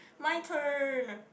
my turn